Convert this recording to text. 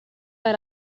alla